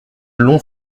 long